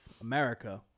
America